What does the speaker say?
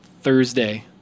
thursday